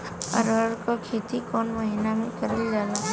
अरहर क खेती कवन महिना मे करल जाला?